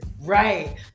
right